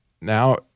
Now